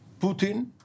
Putin